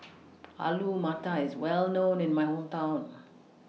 Alu Matar IS Well known in My Hometown